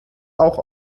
auch